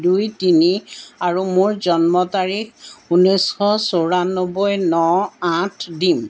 দুই তিনি আৰু মোৰ জন্ম তাৰিখ ঊনৈছশ চৌৰানব্বৈ ন আঠ দিন